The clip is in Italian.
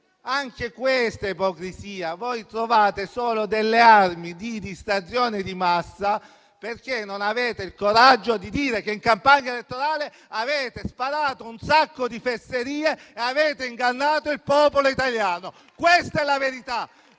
Anche questa è ipocrisia. Voi trovate solo delle armi di distrazione di massa, perché non avete il coraggio di dire che in campagna elettorale avete sparato un sacco di fesserie e avete ingannato il popolo italiano. Questa è la verità!